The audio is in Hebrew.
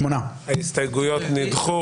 הצבעה בעד 3 נגד 8 ההסתייגויות נדחו.